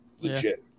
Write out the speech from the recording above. legit